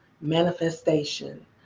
manifestation